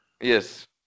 Yes